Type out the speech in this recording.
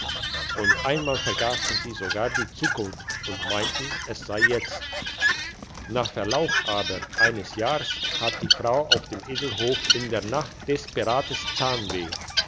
und einmal vergassen sie sogar die zukunft und meinten es sei jetzt nach verlauf aber eines jahres hat die frau auf dem edelhof in der nacht desperates zahnweh